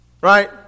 Right